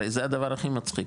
הרי זה הדבר הכי מצחיק,